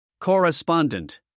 Correspondent